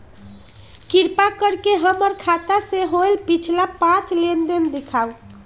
कृपा कर के हमर खाता से होयल पिछला पांच लेनदेन दिखाउ